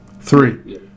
three